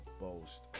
boast